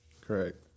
Correct